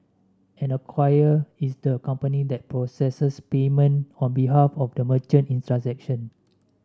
an acquirer is the company that processes payment on behalf of the merchant in transaction